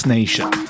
Nation